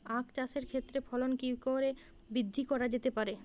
আক চাষের ক্ষেত্রে ফলন কি করে বৃদ্ধি করা যেতে পারে?